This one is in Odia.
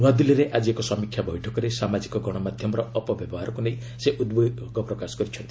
ନ୍ତଆଦିଲ୍ଲୀରେ ଆଜି ଏକ ସମୀକ୍ଷା ବୈଠକରେ ସାମାଜିକ ଗଣମାଧ୍ୟମର ଅପବ୍ୟବହାରକୁ ନେଇ ସେ ଉଦ୍ବେଗ ପ୍ରକାଶ କରିଛନ୍ତି